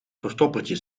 verstoppertje